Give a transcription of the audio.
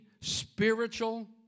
spiritual